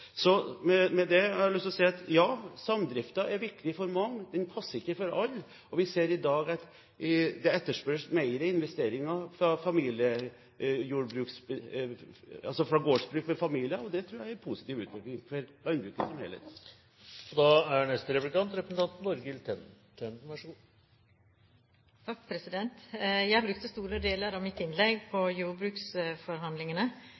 Så med det har jeg lyst til å si: Ja, samdriften er viktig for mange, men den passer ikke for alle, og vi ser i dag at det etterspørres mer investeringer fra gårdsbruk med familier. Det tror jeg er en positiv utvikling for landbruket som